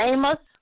Amos